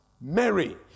Mary